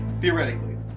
Theoretically